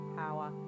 power